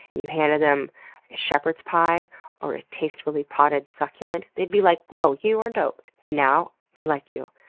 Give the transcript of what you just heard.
and you handed them a shepherd's pie or a tastefully potted succulent, they'd be like, whoa, you are dope. and now i like you.